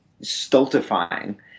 stultifying